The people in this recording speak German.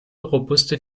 robuste